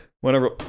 whenever